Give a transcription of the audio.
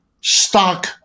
stock